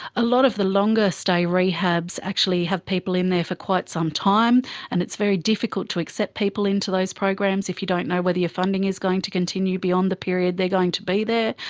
a lot of the longer-stay rehabs actually have people in there for quite some time and it's very difficult to accept people into those programs if you don't know whether your funding is going to continue beyond the period that they're going to be there.